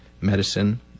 medicine